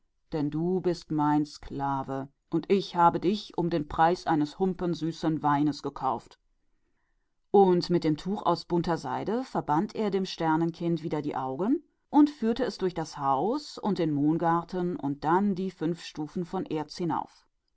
denn du bist mein sklave und ich habe dich um den preis einer schale süßen weines gekauft und er verband dem sternenkind die augen mit dem tuch aus bunter seide und führte es durch das haus und durch den mohngarten und die fünf erzenen stufen hinauf